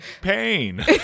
pain